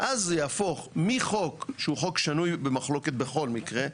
ואז הוא יהפוך מחוק שהוא חוק שנוי במחלוקת בכל מקרה,